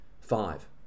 Five